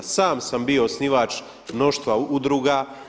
Sam sam bio osnivač mnoštva udruga.